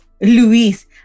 Luis